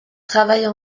travaillent